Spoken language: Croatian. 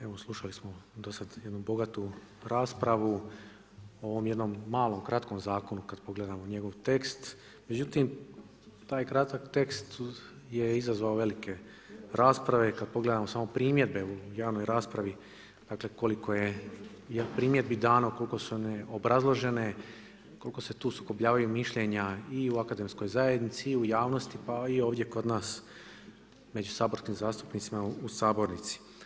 Evo slušali smo do sada jednu bogatu raspravu o ovom jednom malom kratkom zakonu, kad pogledam njegov tekst, međutim, taj kratki tekst je izazvao velike rasprave, kad pogledamo samo primjedbe u javnoj raspravi, dakle, koliko je primjedbi dano, koliko su one obrazložene, koliko se tu sukobljavaju mišljenja i u akademskoj zajednici i u javnosti pa i ovdje kod nas među saborskim zastupnicima u sabornici.